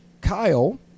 Kyle